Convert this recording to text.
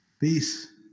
Peace